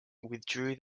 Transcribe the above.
withdrew